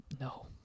No